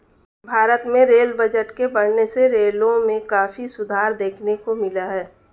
भारत में rail budget के बढ़ने से रेलों में काफी सुधार देखने को मिला है